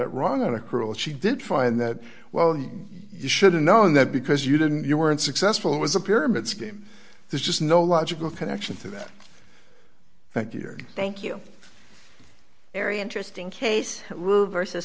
it wrong on accrual she did find that well you should have known that because you didn't you weren't successful it was a pyramid scheme there's just no logical connection to that thank you thank you very interesting case versus